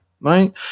right